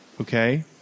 Okay